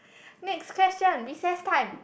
next question recess time